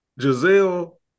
Giselle